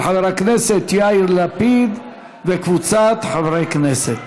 של חבר הכנסת יאיר לפיד וקבוצת חברי הכנסת.